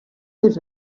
this